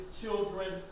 children